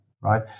right